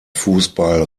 fußball